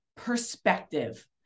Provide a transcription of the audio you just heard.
perspective